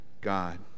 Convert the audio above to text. God